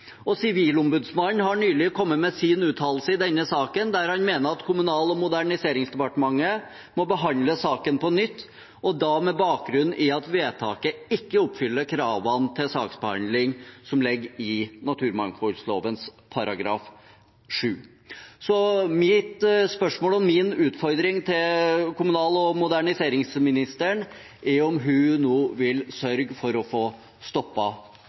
Sivilombudsmannen har nylig kommet med sin uttalelse i denne saken. Der mener han at Kommunal- og moderniseringsdepartementet må behandle saken på nytt og da med bakgrunn i at vedtaket ikke oppfyller kravene til saksbehandling som ligger i naturmangfoldloven § 7. Mitt spørsmål og min utfordring til kommunal- og moderniseringsministeren er om hun nå vil sørge for å få